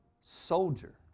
soldier